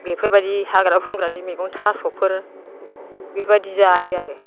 बेफोरबायदि हाग्रा बंग्रानि मैगं थास'फोर बेफोरबायदि जायो आरो